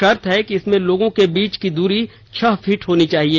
शर्त है कि इसमें लोगों के बीच की दूरी छह फीट होनी चाहिए